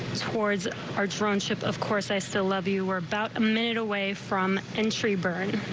towards our drone ship of course i still love you are about a minute away from entry burned.